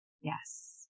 Yes